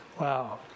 Wow